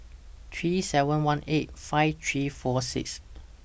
three seven one eight five three four six